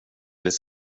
det